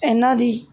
ਇਹਨਾਂ ਦੀ